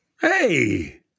Hey